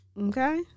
Okay